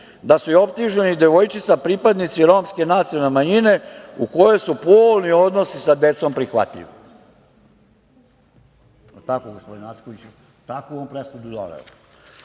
da su i optuženi i devojčica pripadnici romske nacionalne manjine u kojoj su polni odnosi sa decom prihvatljivi. Jel tako gospodine Ackoviću? Takvu je on presudu doneo.